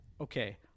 okay